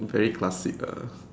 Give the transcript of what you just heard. very classic lah